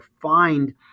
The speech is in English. find